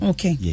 Okay